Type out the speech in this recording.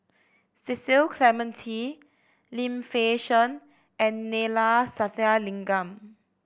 Cecil Clementi Lim Fei Shen and Neila Sathyalingam